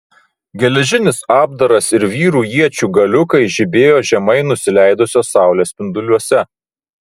geležinis apdaras ir vyrų iečių galiukai žibėjo žemai nusileidusios saulės spinduliuose